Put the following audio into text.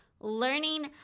learning